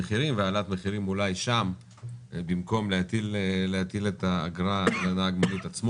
חקיקה ליישום המדיניות הכלכלית לשנות התקציב